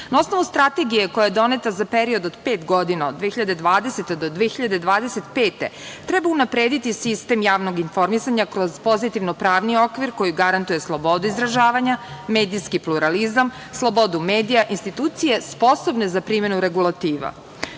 osnovu strategije koja je doneta za period od pet godina, od 2020. do 2025. godine, treba unaprediti sistem javnog informisanja kroz pozitivno pravni okvir koji garantuje slobodu izražavanja, medijski pluralizam, slobodu medija, institucije sposobne za primenu regulativa.U